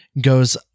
goes